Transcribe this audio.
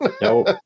Nope